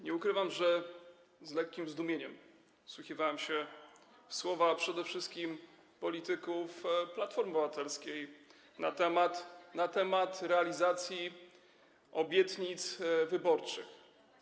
Nie ukrywam, że z lekkim zdumieniem wsłuchiwałem się w słowa, przede wszystkim polityków Platformy Obywatelskiej, na temat realizacji obietnic wyborczych.